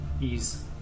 ease